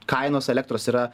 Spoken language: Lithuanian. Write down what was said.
kainos elektros yra